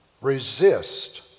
Resist